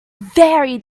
very